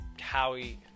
Howie